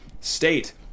state